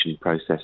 process